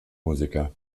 musiker